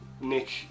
Nick